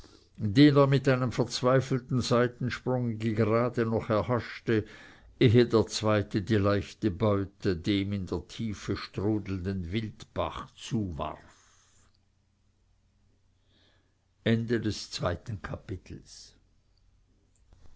mit einem verzweifelten seitensprunge gerade noch erhaschte ehe der zweite die leichte beute dem in der tiefe strudelnden wildbache zuwarf